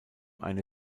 eine